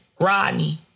Rodney